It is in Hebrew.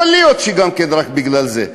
יכול להיות שגם כן רק בגלל זה.